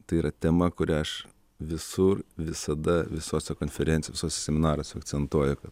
tai yra tema kurią aš visur visada visose konferencijos visuose seminaruose akcentuoju ka